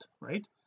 right